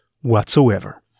whatsoever